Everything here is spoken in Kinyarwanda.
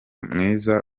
mwiza